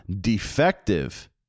defective